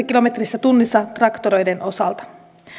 kilometrissä tunnissa traktoreiden osalta